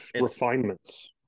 refinements